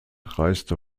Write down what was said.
reiste